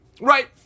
right